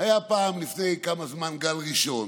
היה פעם, לפני כמה זמן, בגל הראשון,